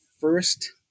first